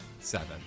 Seven